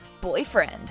boyfriend